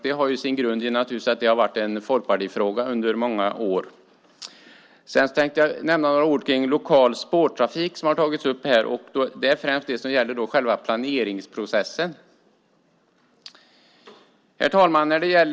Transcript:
Det har naturligtvis sin grund i att det har varit en folkpartifråga under många år. Sedan tänkte jag nämna några ord om lokal spårtrafik, som har tagits upp här. Det gäller främst planeringsprocessen. Fru talman!